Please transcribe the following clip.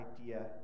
idea